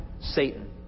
Satan